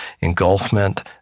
engulfment